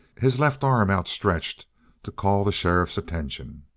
his left arm outstretched to call the sheriff's attention.